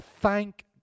thank